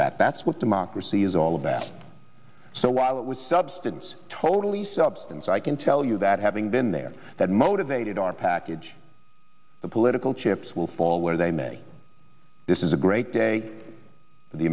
that that's what democracy is all about so while it was substance totally substance i can tell you that having been there that motivated our package the political chips will fall where they may this is a great day